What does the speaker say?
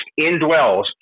indwells